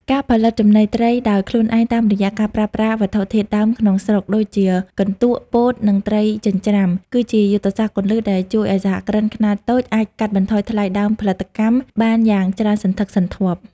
ការផលិតចំណីត្រីដោយខ្លួនឯងតាមរយៈការប្រើប្រាស់វត្ថុធាតុដើមក្នុងស្រុកដូចជាកន្ទក់ ពោត និងត្រីចិញ្ច្រាំ គឺជាយុទ្ធសាស្ត្រគន្លឹះដែលជួយឱ្យសហគ្រិនខ្នាតតូចអាចកាត់បន្ថយថ្លៃដើមផលិតកម្មបានយ៉ាងច្រើនសន្ធឹកសន្ធាប់។